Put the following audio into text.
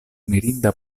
mirinda